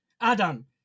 Adam